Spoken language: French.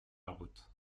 route